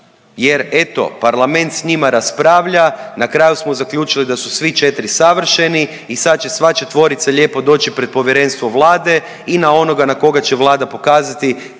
Jer eto parlament s njima raspravlja, na kraju smo zaključili da su svi 4 savršeni i sad će sva 4-orica lijepo doći pred Povjerenstvo Vlade i na onoga na koga će Vlade pokazati